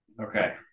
Okay